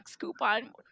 coupon